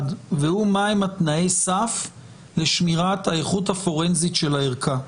והוא מהם תנאי הסף לשמירת האיכות הפורנזית של הערכה.